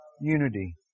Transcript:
unity